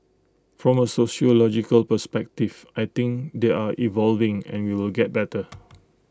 from A sociological perspective I think they are evolving and we will get better